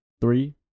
Three